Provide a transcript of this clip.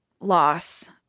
loss